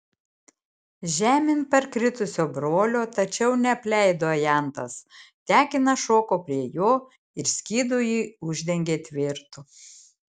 žemėn parkritusio brolio tačiau neapleido ajantas tekinas šoko prie jo ir skydu jį uždengė tvirtu